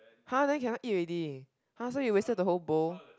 !huh! then cannot eat already !huh! so you wasted the whole bowl